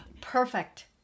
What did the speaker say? Perfect